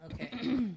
Okay